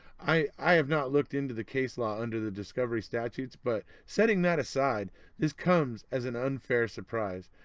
i have not looked into the case law under the discovery statutes. but setting that aside this comes as an unfair surprise.